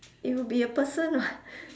it will be a person [what]